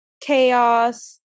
chaos